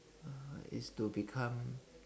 uh is to become